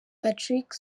patrick